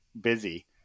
busy